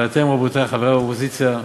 ואתם, רבותי חברי האופוזיציה,